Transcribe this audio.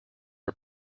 are